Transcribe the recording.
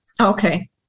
Okay